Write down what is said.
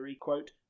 quote